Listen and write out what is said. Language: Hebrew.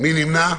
מי נמנע?